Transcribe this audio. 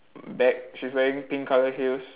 bag she's wearing pink colour heels